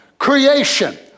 Creation